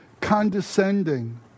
condescending